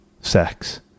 sex